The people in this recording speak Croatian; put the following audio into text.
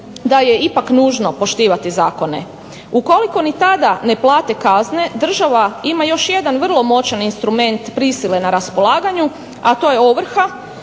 da je ipak nužno poštivati zakone. Ukoliko ni tada ne plate kazne država ima još jedan vrlo moćan instrument prisile na raspolaganju, a to je ovrha,